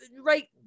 right